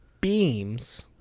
beams